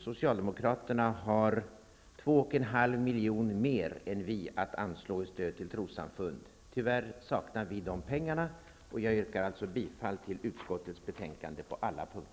Socialdemokraterna har föreslagit 2,5 milj.kr. mer än vi i anslag till trossamfunden. Tyvärr saknar vi dessa pengar. Jag yrkar alltså bifall till hemställan i utskottets betänkande på alla punkter.